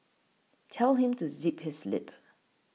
tell him to zip his lip